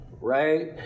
right